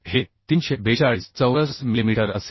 हे 342 चौरस मिलिमीटर असेल